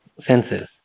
senses